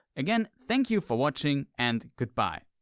again thank you for watching and good bye.